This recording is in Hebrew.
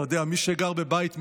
אתה יודע, מי שגר בבית מזכוכית,